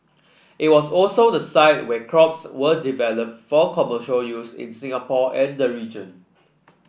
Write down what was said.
it was also the site where crops were developed for commercial use in Singapore and the region